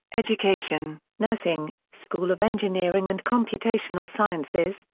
education, nursing, school of engineering and computational sciences,